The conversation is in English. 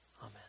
Amen